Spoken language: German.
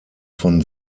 von